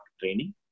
training